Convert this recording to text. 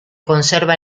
conserva